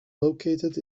located